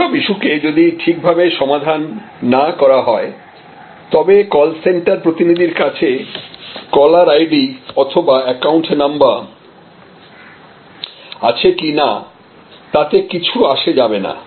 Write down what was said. এইসব ইস্যুকে যদি ঠিকভাবে সমাধান না করা হয় তবে কলসেন্টার প্রতিনিধির কাছে কলার আইডি অথবা অ্যাকাউন্ট নাম্বার আছে কিনা তাতে কিছু আসে যাবে না